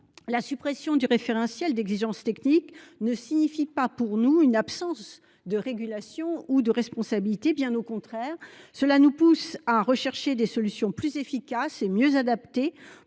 la suppression du référentiel d’exigences techniques ne signifie pas l’absence de régulation ou de responsabilité, bien au contraire ! Cela doit nous conduire à rechercher des solutions plus efficaces et mieux adaptées